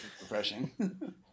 refreshing